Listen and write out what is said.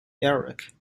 erik